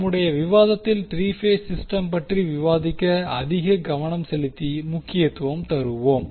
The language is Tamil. நம்முடைய விவாதத்தில் 3 பேஸ் சிஸ்டம் பற்றி விவாதிக்க அதிக கவனம் செலுத்தி முக்கியம் தருவோம்